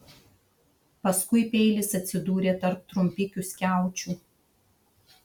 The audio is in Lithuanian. paskui peilis atsidūrė tarp trumpikių skiaučių